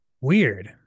weird